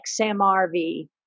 XMRV